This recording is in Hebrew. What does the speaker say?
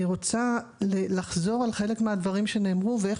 אני רוצה לחזור על חלק מהדברים שנאמרו ואיך